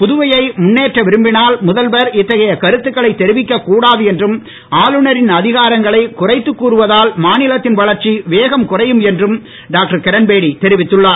புதுவையை முன்னேற்ற விரும்பினால் முதல்வர் இத்தகைய கருத்துக்களை தெரிவிக்க கூடாது என்றும் ஆளுநரின் அதிகாரங்களை குறைத்து கூறுவதால் மாநிலத்தின் வளர்ச்சி வேகம் குறையும் என்றும் டாக்டர் கிரண்பேடி தெரிவித்துள்ளார்